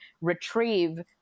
retrieve